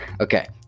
Okay